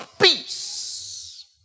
Peace